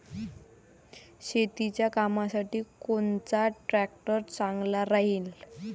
शेतीच्या कामासाठी कोनचा ट्रॅक्टर चांगला राहीन?